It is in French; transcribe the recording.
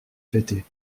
fêter